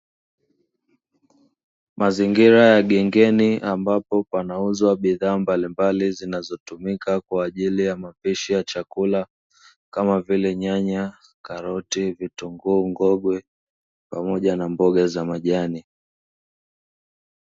Mazingira ya gengeni ambapo panauzwa bidhaa mbalimbali zinazotumika kwa ajili ya mapishi ya chakula kama vile; nyanya, karoti, vitunguu, ngogwe pamoja na mboga za majani.